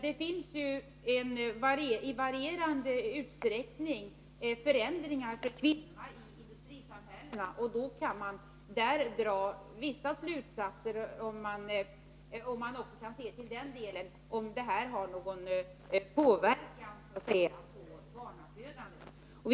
Det inträffar ju i varierande utsträckning förändringar för kvinnorna i industrisamhällena, och om man också kan se till den delen kan man dra vissa slutsatser om huruvida det har någon inverkan på barnafödandet.